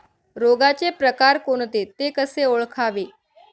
रोगाचे प्रकार कोणते? ते कसे ओळखावे?